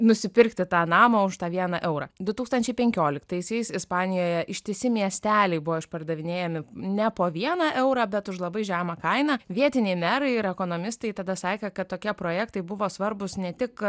nusipirkti tą namą už tą vieną eurą du tūkstančiai pekioliktaisiais ispanijoje ištisi miesteliai buvo išpardavinėjami ne po vieną eurą bet už labai žemą kainą vietiniai merai ir ekonomistai tada sakė kad tokie projektai buvo svarbūs ne tik